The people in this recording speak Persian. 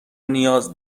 نیاز